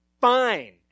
fine